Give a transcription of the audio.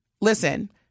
listen